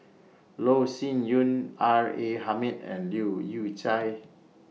Loh Sin Yun R A Hamid and Leu Yew Chye